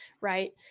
right